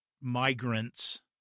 migrants